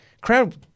Crowd